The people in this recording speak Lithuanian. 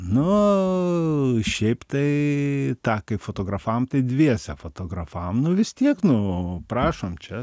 nu šiaip tai tą kai fotografavom tai dviese fotografavom nu vis tiek nu prašom čia